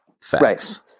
facts